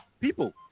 people